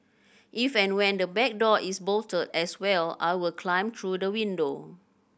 if and when the back door is bolted as well I will climb through the window